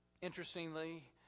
Interestingly